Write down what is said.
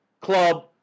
club